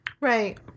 Right